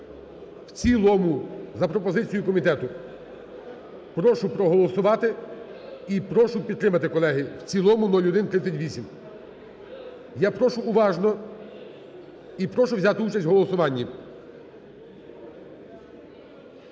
в цілому, за пропозицією комітету. Прошу проголосувати і прошу підтримати, колеги, в цілому 0138. Я прошу уважно і прошу взяти участь в голосуванні.